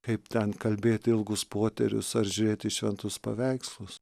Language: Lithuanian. kaip ten kalbėt ilgus poterius ar žiūrėt į šventus paveikslus